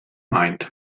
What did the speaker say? mind